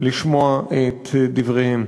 לשמוע את דבריהם.